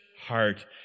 heart